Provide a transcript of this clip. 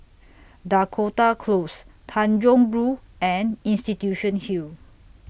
Dakota Close Tanjong Rhu and Institution Hill